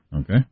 Okay